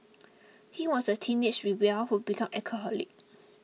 he was a teenage rebel who became alcoholic